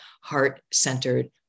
heart-centered